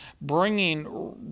bringing